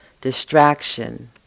distraction